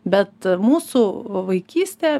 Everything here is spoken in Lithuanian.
bet mūsų vaikystė